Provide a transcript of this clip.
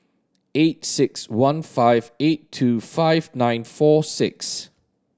eight six one five eight two five nine four six